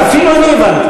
תסתום את הפה שלך.